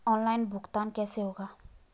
Online भुगतान कैसे होगा?